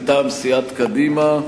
מטעם סיעת קדימה,